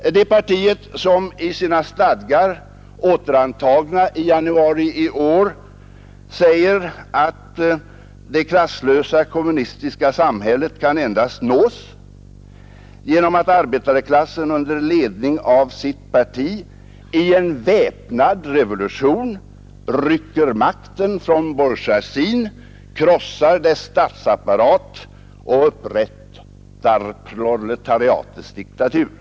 Organisationen skriver i sina stadgar, återantagna i januari i år, att det klasslösa kommunistiska samhället kan endast nås ”genom att arbetarklassen under ledning av sitt parti i en väpnad revolution rycker makten från bourgeoisin, krossar dess statsapparat och upprättar proletariatets diktatur”.